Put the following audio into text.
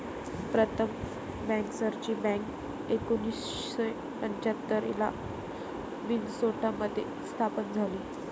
प्रथम बँकर्सची बँक एकोणीसशे पंच्याहत्तर ला मिन्सोटा मध्ये स्थापन झाली